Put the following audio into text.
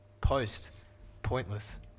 Post-pointless